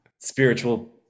spiritual